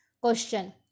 Question